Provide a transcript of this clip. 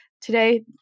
Today